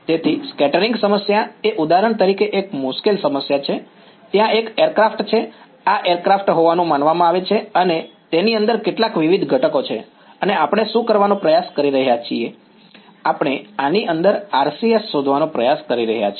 તેથી સ્કેટરિંગ સમસ્યા એ ઉદાહરણ તરીકે એક મુશ્કેલ સમસ્યા છે ત્યાં એક એરક્રાફ્ટ છે આ એક એરક્રાફ્ટ હોવાનું માનવામાં આવે છે અને તેની અંદર કેટલાક વિવિધ ઘટકો છે અને આપણે શું કરવાનો પ્રયાસ કરી રહ્યા છીએ આપણે આની RCS શોધવાનો પ્રયાસ કરી રહ્યા છીએ